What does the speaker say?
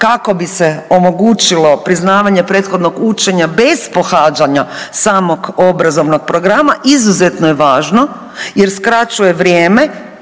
kako bi se omogućilo priznavanje prethodnog učenja bez pohađanja samog obrazovnog programa izuzetno je važno jer skraćuje vrijeme